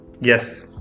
Yes